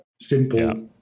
Simple